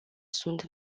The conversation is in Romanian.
sunt